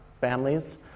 families